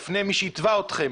בפני מי שיתבע אתכם,